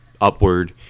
Upward